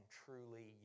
truly